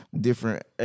different